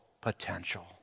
potential